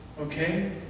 okay